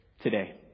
today